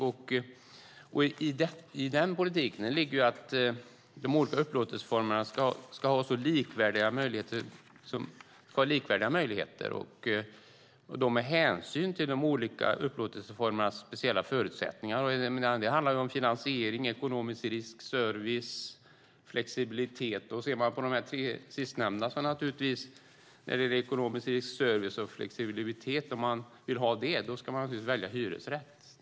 I den politiken ligger att de olika upplåtelseformerna ska ha likvärdiga möjligheter med hänsyn till de olika upplåtelseformernas speciella förutsättningar. Det handlar om finansiering, ekonomisk risk, service och flexibilitet. Om man ser på de tre sistnämnda faktorerna - ekonomisk risk, service och flexibilitet - och tänker på det ska man naturligtvis välja hyresrätt.